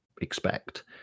expect